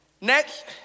Next